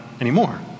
anymore